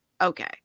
Okay